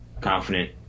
confident